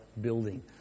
building